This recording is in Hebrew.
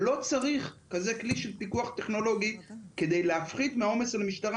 לא צריך כזה כלי של פיקוח טכנולוגי כדי להפחית מהעומס על המשטרה,